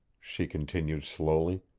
she continued slowly,